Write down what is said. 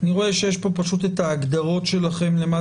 אני רואה שיש פה את ההגדרות שלכם למה